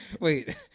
wait